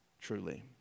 truly